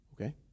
Okay